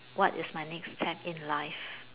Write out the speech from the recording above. what is my next step in life